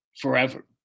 forever